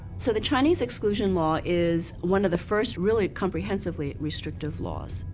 so the chinese exclusion law is one of the first really comprehensively restrictive laws.